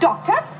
Doctor